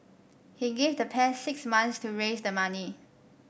he gave the pair six months to raise the money